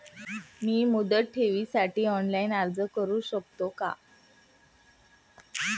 मी मुदत ठेवीसाठी ऑनलाइन अर्ज करू शकतो का?